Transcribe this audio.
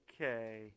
Okay